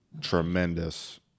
tremendous